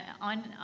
on